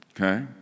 Okay